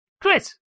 Chris